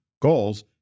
goals